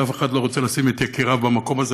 ואף אחד לא רוצה לשים את יקיריו במקום הזה,